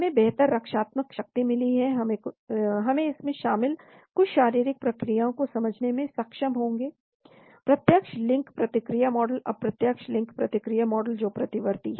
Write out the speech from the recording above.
इसे बेहतर रक्षात्मक शक्ति मिली है हम इसमें शामिल कुछ शारीरिक प्रक्रियाओं को समझने में सक्षम होंगे प्रत्यक्ष लिंक प्रतिक्रिया मॉडल अप्रत्यक्ष लिंक प्रतिक्रिया मॉडल जो प्रतिवर्ती है